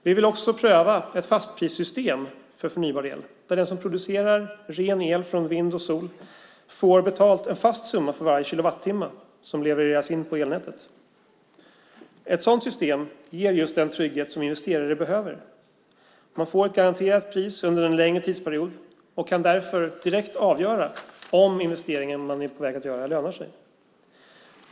Vi vill också pröva ett fastprissystem för förnybar el, där den som producerar ren el från vind och sol får betalt med en fast summa för varje kilowattimme som levereras in på elnätet. Ett sådant system ger just den trygghet som investerare behöver. Man får ett garanterat pris under en längre tidsperiod och kan därför direkt avgöra om den investering man är på väg att göra lönar sig.